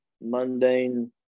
mundane